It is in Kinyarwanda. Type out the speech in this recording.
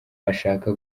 bashaka